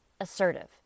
assertive